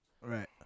right